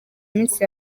minsi